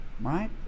Right